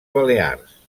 balears